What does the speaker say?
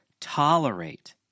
tolerate